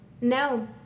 no